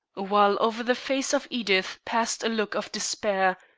while over the face of edith passed a look of despair,